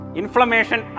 inflammation